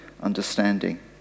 understanding